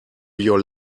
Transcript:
your